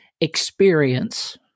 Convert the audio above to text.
experience